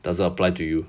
doesn't apply to you